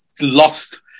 lost